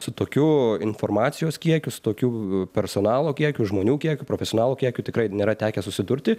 su tokiu informacijos kiekiu su tokiu personalo kiekiu žmonių kiekiu profesionalų kiekiu tikrai nėra tekę susidurti